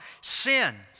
sin